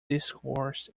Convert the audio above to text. discourse